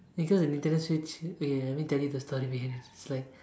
because an internet switch okay let me tell you the story behind it is like